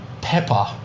pepper